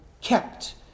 kept